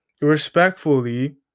respectfully